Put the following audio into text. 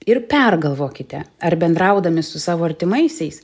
ir pergalvokite ar bendraudami su savo artimaisiais